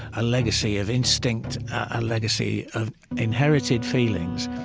a legacy of instinct, a legacy of inherited feelings,